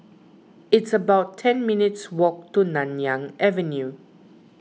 it's about ten minutes' walk to Nanyang Avenue